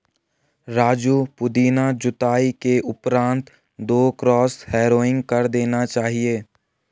राजू पुदीना जुताई के उपरांत दो क्रॉस हैरोइंग कर देना चाहिए